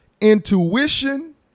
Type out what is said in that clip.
Intuition